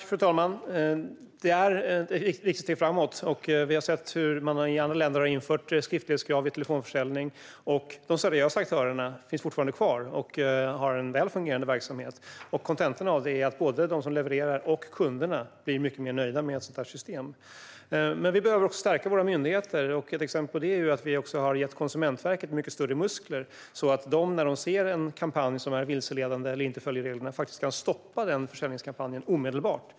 Fru talman! Det här är ett viktigt steg framåt. Vi har sett hur man i andra länder har infört skriftlighetskrav vid telefonförsäljning. De seriösa aktörerna finns fortfarande kvar där och har en väl fungerande verksamhet. Kontentan av det är att både de som levererar och kunderna blir mycket nöjdare med ett sådant system. Vi behöver dock också stärka våra myndigheter. Ett exempel på att vi gör det är att vi har gett Konsumentverket mycket större muskler. När de nu ser en kampanj som är vilseledande eller som inte följer reglerna kan de faktiskt stoppa försäljningskampanjen omedelbart.